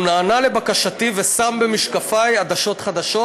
הוא נענה לבקשתי ושם במשקפי עדשות חדשות.